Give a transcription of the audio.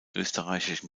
österreichischen